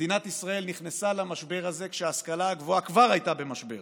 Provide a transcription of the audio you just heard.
מדינת ישראל נכנסה למשבר הזה כשההשכלה הגבוהה כבר הייתה במשבר